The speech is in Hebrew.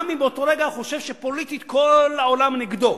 גם אם באותו רגע הוא חושב שפוליטית כל העולם נגדו,